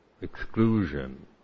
exclusion